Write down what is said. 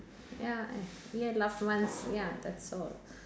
ya an~ ya loved ones ya that's all